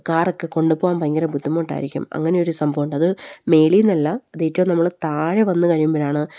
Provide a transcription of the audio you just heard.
car ഒക്കെ കൊണ്ടു പോകാൻ ഭയങ്കര ബുദ്ധിമുട്ടായിരിക്കും അങ്ങനെ ഒരു സംഭവം ഉണ്ട് അത് മുകളിൽ നിന്നല്ല അത് ഏറ്റവും നമ്മൾ താഴെ വന്ന് കഴിയുമ്പോഴാണ്